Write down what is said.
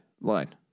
line